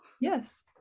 Yes